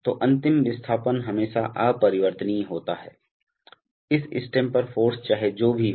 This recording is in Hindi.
तो अंतिम विस्थापन हमेशा अपरिवर्तनीय होता है इस स्टेम पर फ़ोर्स चाहे जो भी हो